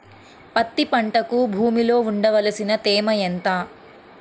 పత్తి పంటకు భూమిలో ఉండవలసిన తేమ ఎంత?